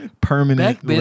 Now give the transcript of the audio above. permanent